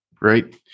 Right